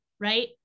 right